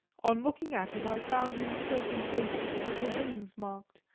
on looking at it i found in certain places little rings marked,